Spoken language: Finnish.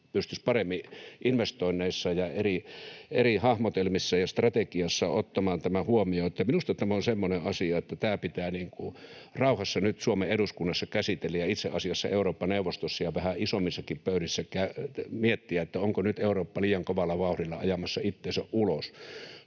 pystyisi paremmin investoinneissa ja eri hahmotelmissa ja strategioissa ottamaan tämän huomioon. Minusta tämä on semmoinen asia, että tämä pitää rauhassa nyt Suomen eduskunnassa käsitellä ja itse asiassa Eurooppa-neuvostossa ja vähän isommissakin pöydissä miettiä, että onko nyt Eurooppa liian kovalla vauhdilla ajamassa itsensä ulos